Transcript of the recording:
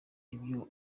ibyo